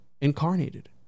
incarnated